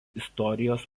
istorijos